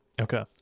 Okay